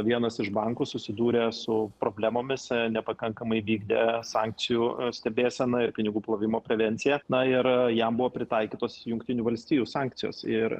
vienas iš bankų susidūrę su problemomis nepakankamai vykdė sankcijų stebėseną ir pinigų plovimo prevenciją na ir jam buvo pritaikytos jungtinių valstijų sankcijos ir